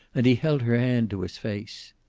and he held her hand to his face.